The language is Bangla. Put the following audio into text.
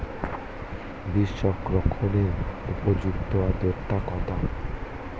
বীজ সংরক্ষণের উপযুক্ত আদ্রতা কত?